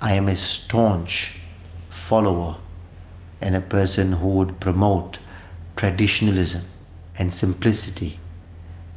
i am a staunch follower and a person who would promote traditionalism and simplicity